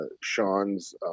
Sean's